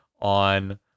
on